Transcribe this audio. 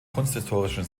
kunsthistorischen